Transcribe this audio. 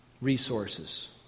resources